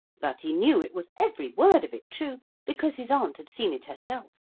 but he knew it was every word of it true, because his aunt had seen it herself.